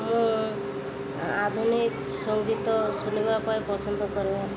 ମୁଁ ଆଧୁନିକ ସଙ୍ଗୀତ ଶୁଣିବା ପାଇଁ ପସନ୍ଦ କରେ